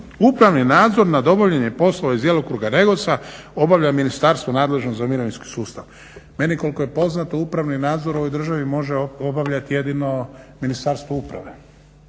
upravni nadzor nad obavljanjem poslova iz djelokruga REGOS-a obavlja ministarstvo nadležno za mirovinski sustav. Meni koliko je poznato upravni nadzor u ovoj državi može obavljat jedino Ministarstvo uprave,